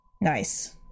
Nice